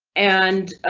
and